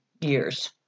years